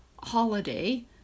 holiday